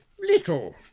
little